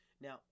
Now